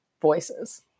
voices